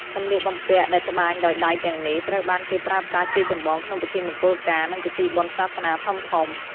សម្លៀកបំពាក់ដែលត្បាញដោយដៃទាំងនេះ ត្រូវបានគេប្រើប្រាស់ជាចម្បងក្នុងពិធីមង្គលការ និងពិធីបុណ្យសាសនាធំៗ។